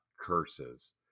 curses